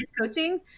coaching